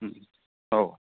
औ